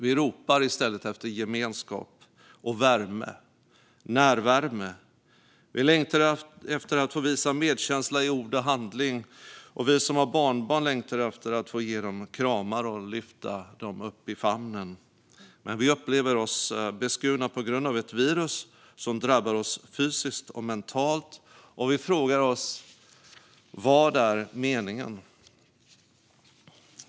Vi ropar i stället efter gemenskap och värme, närvärme. Vi längtar efter att få visa medkänsla i ord och handling, och vi som har barnbarn längtar efter att få ge dem kramar och lyfta upp dem i famnen. Men vi upplever oss beskurna på grund av ett virus som drabbar oss fysiskt och mentalt, och vi frågar oss: Vad är meningen?